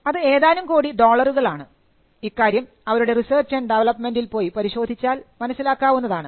അത് ഏതാനും കോടി ഡോളറുകൾ ആണ് ഇക്കാര്യം അവരുടെ research and development R D പോയി പരിശോധിച്ചാൽ മനസ്സിലാക്കാവുന്നതാണ്